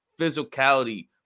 physicality